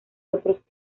otros